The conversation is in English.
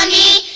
um e